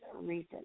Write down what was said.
reason